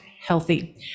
healthy